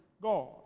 God